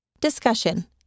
Discussion